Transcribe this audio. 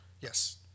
Yes